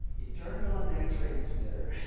you turned on that transmitter,